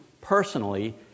personally